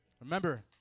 Remember